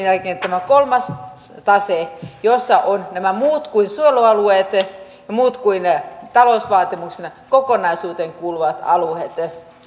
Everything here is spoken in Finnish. jälkeen tämä kolmas tase jossa ovat nämä muut kuin suojelualueet ja muut kuin talousvaatimuksen kokonaisuuteen kuuluvat alueet